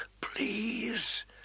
please